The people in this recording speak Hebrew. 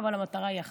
אבל המטרה היא אחת.